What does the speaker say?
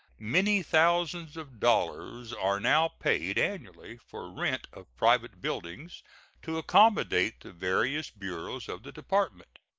many thousands of dollars are now paid annually for rent of private buildings to accommodate the various bureaus of the department.